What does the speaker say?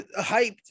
hyped